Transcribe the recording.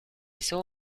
saw